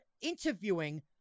interviewing